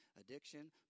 Addiction